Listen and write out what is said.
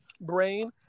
brain